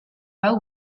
pas